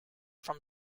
from